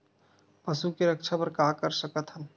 पशु के रक्षा बर का कर सकत हन?